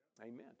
Amen